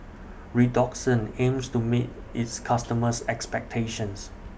Redoxon aims to meet its customers' expectations